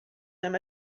him